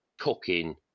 cooking